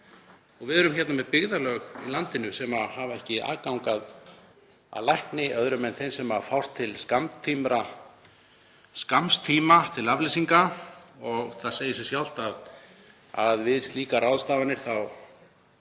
Við erum hérna með byggðarlög í landinu sem hafa ekki aðgang að lækni öðrum en þeim sem fást til skamms tíma til afleysinga. Það segir sig sjálft að við slíkar ráðstafanir